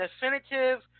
definitive